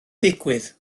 digwydd